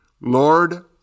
Lord